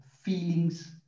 feelings